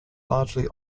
largely